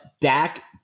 Dak